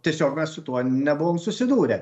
tiesiog mes su tuo nebuvom susidūrę